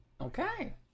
Okay